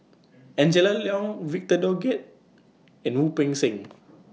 Angela Liong Victor Doggett and Wu Peng Seng